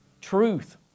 truth